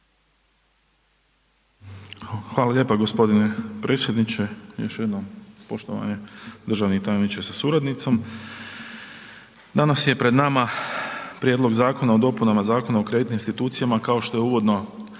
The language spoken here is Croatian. Hvala lijepa g. predsjedniče, još jednom poštovani državni tajniče sa suradnicom, danas je pred nama prijedlog Zakona o dopunama Zakona o kreditnim institucijama kao što je uvodno